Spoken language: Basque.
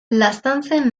laztantzen